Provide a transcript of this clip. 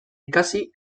ikasi